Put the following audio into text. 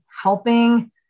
helping